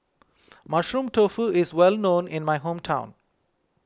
Mushroom Tofu is well known in my hometown